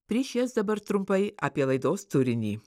prieš jas dabar trumpai apie laidos turinį